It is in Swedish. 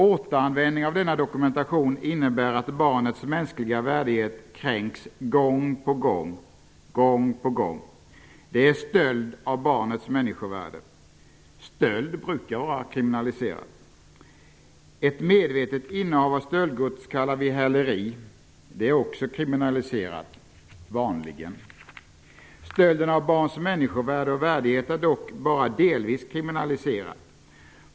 Återanvändning av denna dokumentation innebär att barnets mänskliga värdighet kränks gång på gång. Det är stöld av barnets människovärde. Stöld brukar vara kriminaliserat. Ett medvetet innehav av stöldgods kallar vi häleri, och det är också kriminaliserat -- vanligen. Stöld av barns människovärde och värdighet är dock bara delvis kriminaliserat.